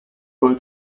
both